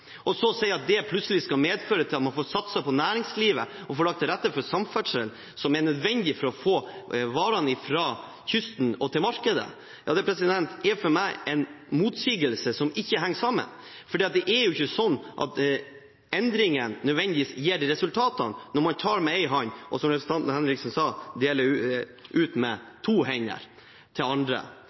og så si at det plutselig skal medføre at man får satset på næringslivet og lagt til rette for samferdsel som er nødvendig for å få varene fra kysten og til markedet, er for meg en motsigelse som ikke henger sammen. Det er ikke sånn at endringen nødvendigvis gir disse resultatene når man tar med én hånd og, som representanten Henriksen sa, deler ut med to hender til andre.